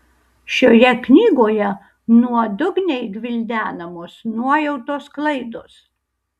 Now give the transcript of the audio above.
šioje knygoje nuodugniai gvildenamos nuojautos klaidos